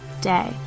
day